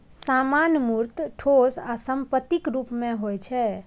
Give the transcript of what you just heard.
सामान मूर्त, ठोस आ संपत्तिक रूप मे होइ छै